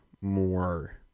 more